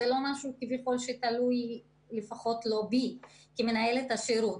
זה לא משהו שתלוי לפחות לא בי כמנהלת השירות.